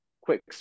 quick